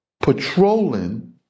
patrolling